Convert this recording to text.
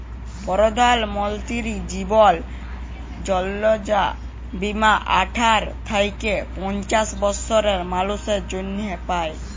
পরধাল মলতিরি জীবল যজলা বীমা আঠার থ্যাইকে পঞ্চাশ বসরের মালুসের জ্যনহে পায়